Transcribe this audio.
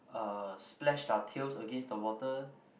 uh splash their tails against the water